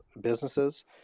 businesses